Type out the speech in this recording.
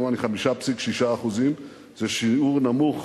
כמובן היא 5.6%; זה שיעור נמוך